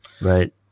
right